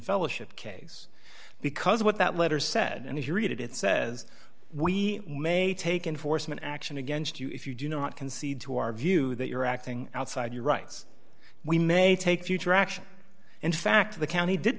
fellowship case because what that letter said and if you read it it says we may take enforcement action against you if you do not concede to our view that you're acting outside your rights we may take future action in fact the county did